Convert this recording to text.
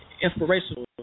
inspirational